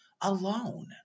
alone